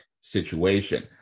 situation